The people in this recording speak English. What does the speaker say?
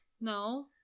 No